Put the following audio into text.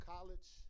college